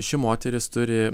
ši moteris turi